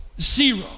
zero